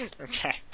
Okay